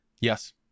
Yes